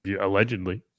Allegedly